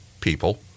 people